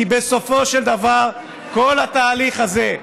כי בסופו של דבר כל התהליך הזה,